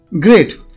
Great